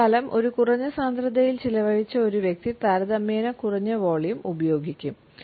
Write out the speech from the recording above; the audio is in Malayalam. ജീവിതകാലം ഒരു കുറഞ്ഞ സാന്ദ്രതയിൽ ചെലവഴിച്ച ഒരു വ്യക്തി താരതമ്യേന കുറഞ്ഞ വോളിയം ഉപയോഗിക്കും